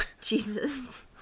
Jesus